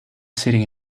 sitting